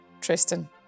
Tristan